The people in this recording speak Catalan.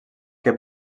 que